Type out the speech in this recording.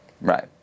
Right